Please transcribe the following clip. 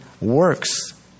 works